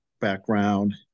background